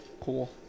Cool